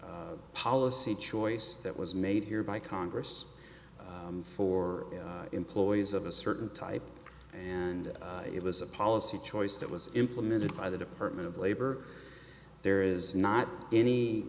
policy choice that was made here by congress for employees of a certain type and it was a policy choice that was implemented by the department of labor there is not